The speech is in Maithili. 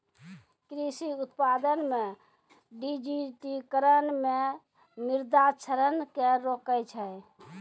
कृषि उत्पादन मे डिजिटिकरण मे मृदा क्षरण के रोकै छै